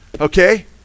Okay